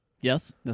Yes